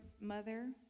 mother